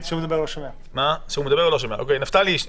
נפתלי,